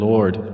Lord